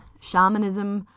shamanism